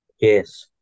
Yes